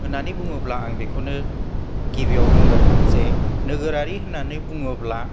होन्नानै बुङोब्ला आं बेखौनो गिबियाव बुंग्रोगोन जे नोगोरारि बुङोब्ला